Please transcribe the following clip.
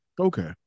Okay